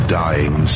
dying